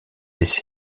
essai